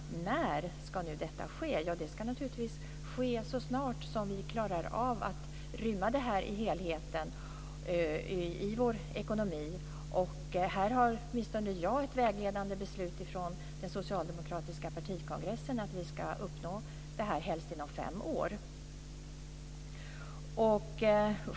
När ska detta ske? Det ska naturligtvis ske så snart vi klarar av att inrymma det i helheten i vår ekonomi. Här har åtminstone jag ett vägledande beslut från den socialdemokratiska partikongressen om att vi ska uppnå det här helst inom fem år.